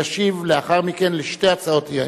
ישיב לאחר מכן על שתי הצעות האי-אמון.